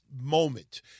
moment